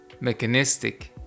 mechanistic